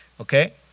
okay